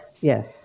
Yes